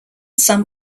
some